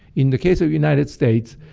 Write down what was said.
in the case of the united states,